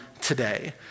today